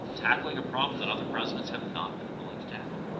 tackling a problem that other presidents have not been willing to tackle.